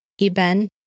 Eben